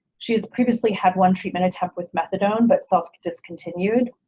she has previously had one treatment attempt with methadone but self-discontinued.